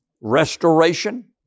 restoration